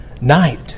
night